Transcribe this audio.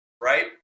right